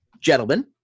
Gentlemen